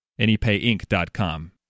AnyPayInc.com